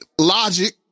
logic